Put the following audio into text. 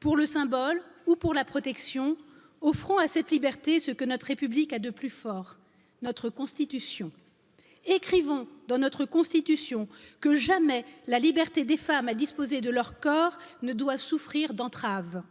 pour le symbole ou pour la protection, offrons à cette liberté ce que notre République a de plus fort notre Constitution. écrivons dans notre Constitution que jamais la liberté des femmes à disposer de leur corps ne doit souffrir d'entraves.